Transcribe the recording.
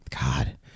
God